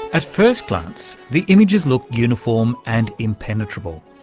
at first glance the images look uniform and impenetrable,